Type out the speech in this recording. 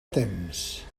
temps